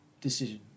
decision